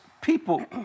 people